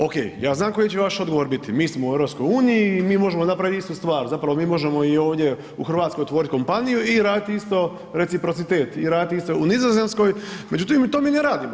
Okej, ja znam koji će vaš odgovor biti, mi smo u EU i mi možemo napravit istu stvar, zapravo mi možemo i ovdje u RH otvorit kompaniju i radit isto reprocitet i radit isto u Nizozemskoj, međutim, to mi ne radimo.